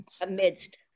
amidst